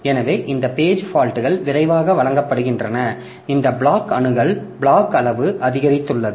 எனவே இந்த பேஜ் ஃபால்ட்கள் விரைவாக வழங்கப்படுகின்றன இந்த பிளாக் அணுகல் பிளாக் அளவு அதிகரித்துள்ளது